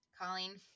Colleen